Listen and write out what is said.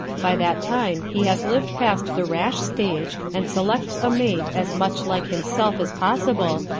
by that time he has lived past the rash stage and selects a mate as much like himself as possible,